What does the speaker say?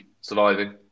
Surviving